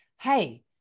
Hey